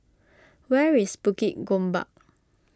where is Bukit Gombak